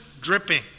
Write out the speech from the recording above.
dripping